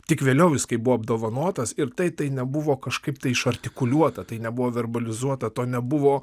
tik vėliau kai buvo apdovanotas ir tai nebuvo kažkaip tai iš artikuliuota tai nebuvo verbalizuota to nebuvo